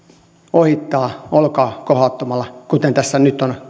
ohittaa olkaa kohauttamalla kuten tässä nyt